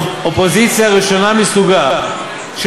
זו אופוזיציה ראשונה מסוגה,